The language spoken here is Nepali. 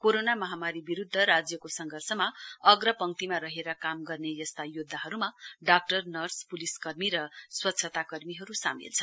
कोरोना महामारी विरुध्द राज्यको संघर्षमा अग्रपंक्तिमा रहेर काम गर्ने यस्ता योध्दाहरुमा डाक्टरनर्सपुलिस कर्मी र स्वच्छता कर्मीहरु सामेल छन्